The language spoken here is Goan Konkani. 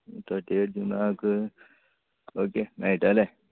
थटियत जुनाक ओके मेळटलें